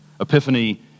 Epiphany